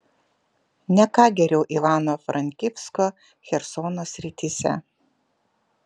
ne ką geriau ivano frankivsko chersono srityse